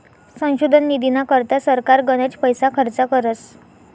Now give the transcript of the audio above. संशोधन निधीना करता सरकार गनच पैसा खर्च करस